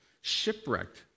shipwrecked